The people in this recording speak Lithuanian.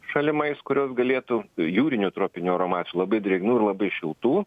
šalimais kurios galėtų jūrinių tropinių oro masių labai drėgnų ir labai šiltų